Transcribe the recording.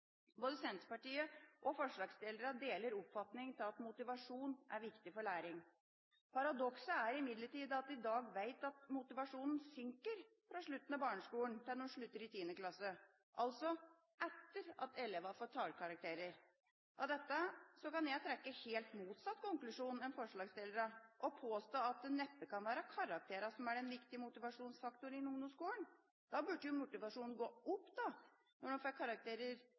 Både Senterpartiet og forslagsstillerne deler oppfatningen av at motivasjon er viktig for læring. Paradokset er imidlertid at vi i dag vet at motivasjonen synker fra de slutter i barneskolen, til de slutter i 10. klasse, altså etter at elevene får tallkarakterer. Av dette kan jeg trekke helt motsatt konklusjon enn forslagsstillerne og påstå at det neppe kan være karakterene som er den viktige motivasjonsfaktoren i ungdomsskolen. Da burde motivasjonen gått opp